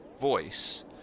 voice